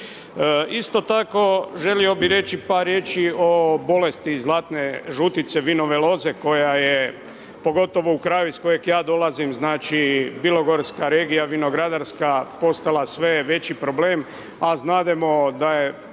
Isto tako, želio bi reći par riječi o bolesti zlatne žutice, vinove loze koja je, pogotovo u kraju iz kojeg ja dolazim znači, Bilogorska regija, vinogradarska, postala sve veći problem, a znademo da je